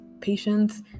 patients